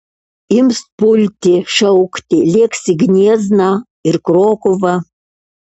ims pulti šaukti lėks į gniezną ir krokuvą